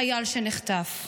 חייל שנחטף.